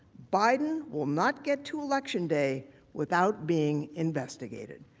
biden will not get to election day without being investigated.